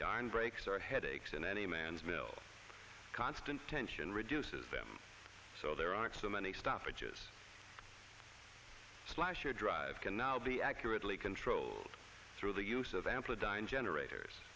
iron breaks are headaches and any man's mill constant tension reduces them so there aren't so many stoppages slasher drive cannot be accurately controlled through the use of ample dein generators